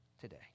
today